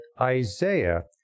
Isaiah